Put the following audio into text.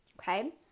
okay